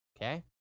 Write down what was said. Okay